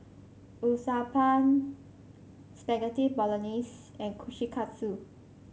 Uthapam Spaghetti Bolognese and Kushikatsu